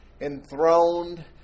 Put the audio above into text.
enthroned